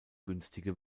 günstige